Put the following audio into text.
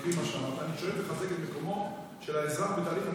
מקריא מה שאמרת: "--- מקומו של האזרח בתהליך הדמוקרטי.